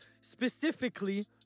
specifically